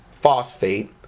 phosphate